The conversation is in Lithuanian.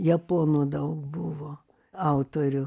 japonų daug buvo autorių